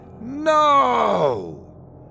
No